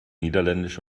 niederländisch